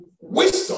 wisdom